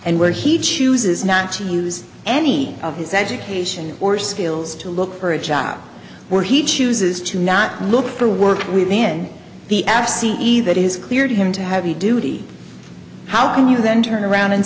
and where he chooses not to use any of his education or skills to look for a job where he chooses to not look for work within the absi either it is clear to him to heavy duty how can you then turn around and